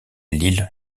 l’île